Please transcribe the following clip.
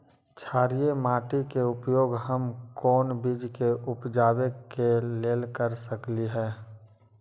क्षारिये माटी के उपयोग हम कोन बीज के उपजाबे के लेल कर सकली ह?